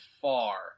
far